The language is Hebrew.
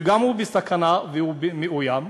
גם הוא בסכנה והוא מאוים,